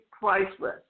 priceless